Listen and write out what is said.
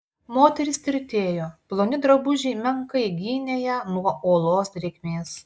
moteris tirtėjo ploni drabužiai menkai gynė ją nuo olos drėgmės